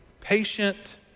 Patient